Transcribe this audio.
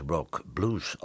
Rock-Blues